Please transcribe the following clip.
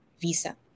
visa